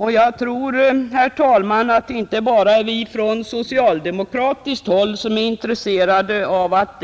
Och jag tror, herr talman, att det inte bara är vi på socialdemokratiskt håll som är intresserade av att